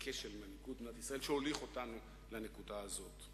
אם אפשר באמת להגיע להסכמות ולהבנות עם כל חלקי הבית.